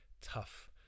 tough